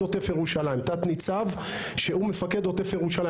תנ"צ שהוא מפקד עוטף ירושלים.